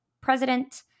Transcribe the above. president